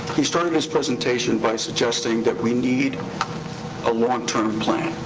he started his presentation by suggesting that we need a long-term plan.